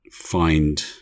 find